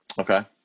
okay